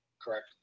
Correct